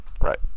Right